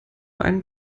einen